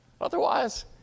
Otherwise